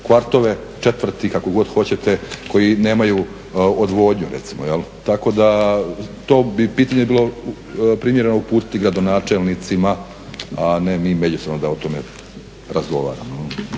kvartove, četvrti, kako god hoćete, koji nemaju odvodnju recimo. Tako da to bi pitanje bilo primjereno uputiti gradonačelnicima, a ne mi međusobno da o tome razgovaramo.